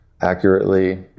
accurately